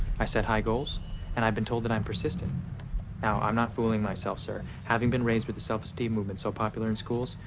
i set high goals and i've been told that i'm persistent. now i'm not fooling myself, sir. having been raised with a self-esteem movement so popular in schools,